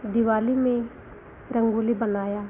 दिवाली में रंगोली बनाया